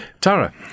Tara